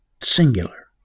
singular